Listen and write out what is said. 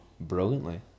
brilliantly